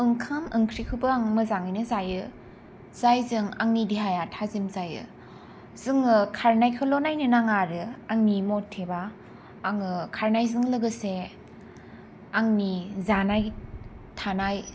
ओंखाम ओंख्रिखौबो आङो मोजाङै जायो जायजों आंनि देहाया थाजिम जायो जोङो खारनायखौल' नायनो नाङा आरो आंनि मथेबा आङो खारनायजोंबो लोगोसे आंनि जानाय थानाय